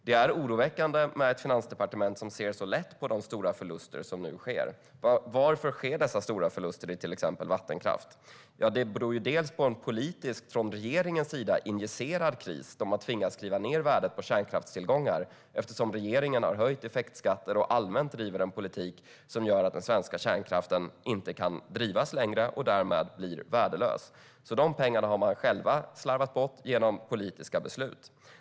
Det är oroväckande när ett finansdepartement ser så lätt på de stora förluster som nu sker. Varför sker dessa stora förluster för till exempel vattenkraft? Det beror delvis på en av regeringen politiskt injicerad kris. Man har tvingats skriva ned värdet på kärnkraftstillgånger eftersom regeringen har höjt effektskatter och allmänt driver en politik som gör att den svenska kärnkraften inte kan drivas längre och därmed blir värdelös. Dessa pengar har man själva slarvat bort genom politiska beslut.